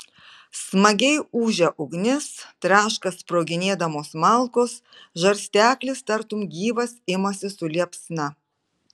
smagiai ūžia ugnis traška sproginėdamos malkos žarsteklis tartum gyvas imasi su liepsna